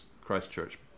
Christchurch